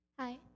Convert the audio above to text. Hi